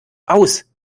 aus